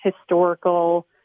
historical